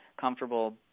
comfortable